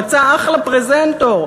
הוא מצא אחלה פרזנטור.